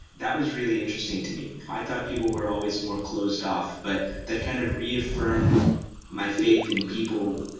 that was really interesting to me. i thought people were always more closed off, but that kind of reaffirmed my faith in people,